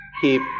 keep